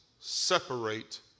separate